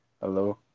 Hello